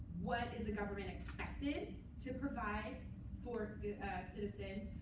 what is the government expected to provide for a citizen?